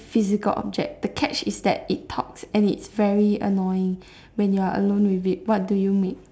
physical object the catch is that it talks and it's very annoying when you're alone with it what do you make